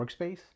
workspace